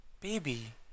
baby